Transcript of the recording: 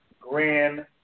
Grand